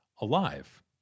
alive